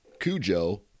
Cujo